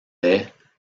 les